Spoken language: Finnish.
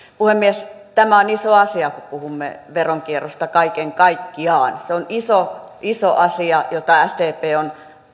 puhemies tämä on iso asia kun puhumme veronkierrosta kaiken kaikkiaan se on iso iso asia jota sdp on